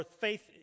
faith